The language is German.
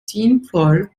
sinnvoll